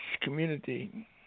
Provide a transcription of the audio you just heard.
community